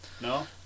No